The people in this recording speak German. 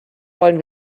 wollen